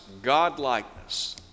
godlikeness